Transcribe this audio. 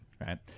right